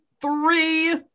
three